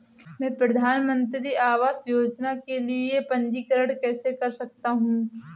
मैं प्रधानमंत्री आवास योजना के लिए पंजीकरण कैसे कर सकता हूं?